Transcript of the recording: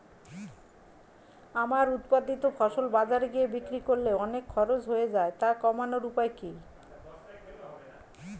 আমার উৎপাদিত ফসল বাজারে গিয়ে বিক্রি করলে অনেক খরচ হয়ে যায় তা কমানোর উপায় কি?